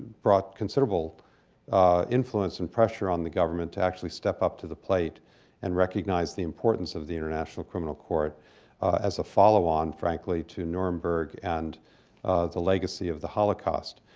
brought considerable influence and pressure on the government to actually step up to the plate and recognize the importance of the international criminal court as a follow-on, frankly, to nuremberg and the legacy of the holocaust.